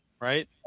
right